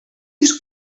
use